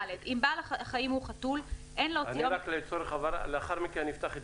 (ד)אם בעל החיים הוא חתול, אין להוציאו